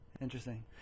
Interesting